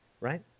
right